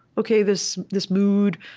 ok, this this mood,